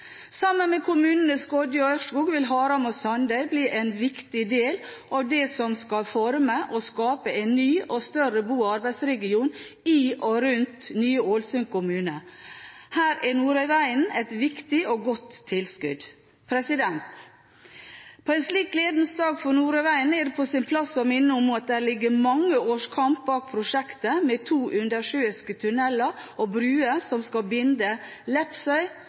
sammen. Sammen med kommunene Skodje og Ørskog vil Haram og Sandøy bli en viktig del av det som skal forme og skape en ny og større bo- og arbeidsregion i og rundt nye Ålesund kommune. Her er Nordøyvegen et viktig og godt tilskudd. På en slik gledens dag for Nordøyvegen er det på sin plass å minne om at det ligger mange års kamp bak prosjektet med to undersjøiske tunneler og bruer som skal binde Lepsøy,